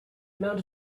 amount